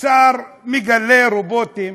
שר מגלה רובוטים,